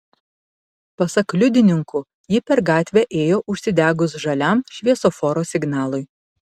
pasak liudininkų ji per gatvę ėjo užsidegus žaliam šviesoforo signalui